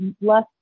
less